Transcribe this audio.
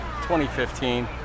2015